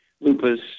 lupus